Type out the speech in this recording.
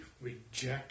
reject